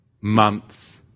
months